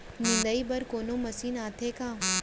निंदाई बर कोनो मशीन आथे का?